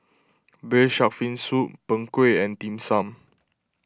Braised Shark Fin Soup Png Kueh and Dim Sum